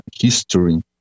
history